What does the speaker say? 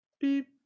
beep